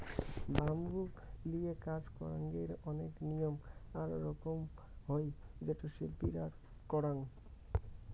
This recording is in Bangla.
ব্যাম্বু লিয়ে কাজ করঙ্গের অনেক নিয়ম আর রকম হই যেটো শিল্পীরা করাং